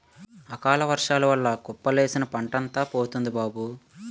అకాలవర్సాల వల్ల కుప్పలేసిన పంటంతా పోయింది బాబూ